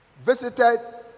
visited